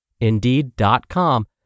Indeed.com